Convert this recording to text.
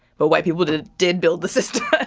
but white people did did build the system. but